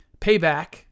payback